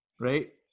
Right